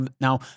now